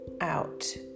out